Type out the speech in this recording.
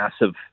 massive